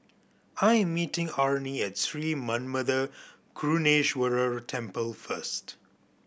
I am meeting Arnie at Sri Manmatha Karuneshvarar Temple first